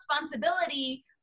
responsibility